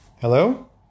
hello